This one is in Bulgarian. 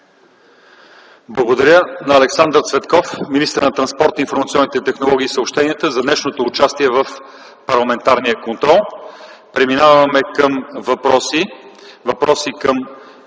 Благодаря на Александър Цветков – министър на транспорта, информационните технологии и съобщенията, за днешното участие в парламентарния контрол. Преминаваме към въпроси към